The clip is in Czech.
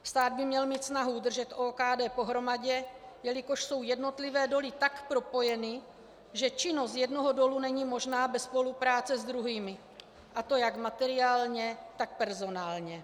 Stát by měl mít snahu udržet OKD pohromadě, jelikož jsou jednotlivé doly tak propojeny, že činnost jednoho dolu není možná bez spolupráce s druhými, a to jak materiálně, tak personálně.